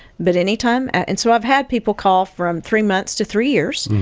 but anytime. and so i've had people call from three months to three years.